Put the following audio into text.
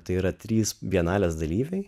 tai yra trys bienalės dalyviai